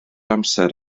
amser